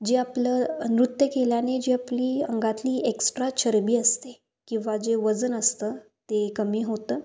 जे आपलं नृत्य केल्याने जे आपली अंगातली एक्स्ट्रा चरबी असते किंवा जे वजन असतं ते कमी होतं